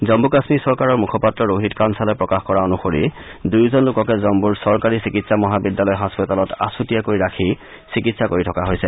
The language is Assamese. জম্মু কাশ্মীৰ চৰকাৰৰ মুখপাত্ৰ ৰোহিত কাঞ্চালে প্ৰকাশ কৰা অনুসৰি দুয়োজন লোককে জম্মুৰ চৰকাৰী চিকিৎসা মহাবিদ্যালয় হাস্পাতালত আছুতীয়াকৈ ৰাখি চিকিৎসা কৰি থকা হৈছে